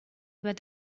about